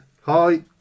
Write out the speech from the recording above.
Hi